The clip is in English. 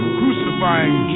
crucifying